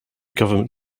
government